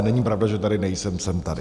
Není pravda, že tady nejsem, jsem tady.